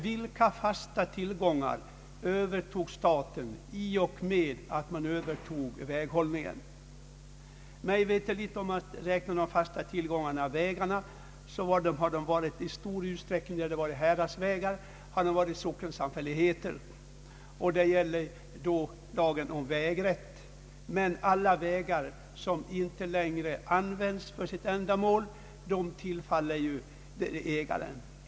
Vilka fasta tillgångar Övergick till staten i och med övertagandet av väghållningen? Om man räknar vägarna till fasta tillgångar, så har det då det gällde häradsvägarna i stor utsträckning varit fråga om Sockensamfälligheter. Där gällde då lagen om vägrätt, och alla de vägar som inte längre används för sitt ändamål tillföll ägaren — sockensamfälligheten.